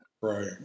Right